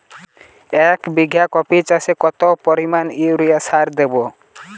এক বিঘা কপি চাষে কত পরিমাণ ইউরিয়া সার দেবো?